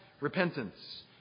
repentance